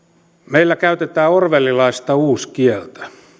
meillä käytetään orwellilaista uuskieltä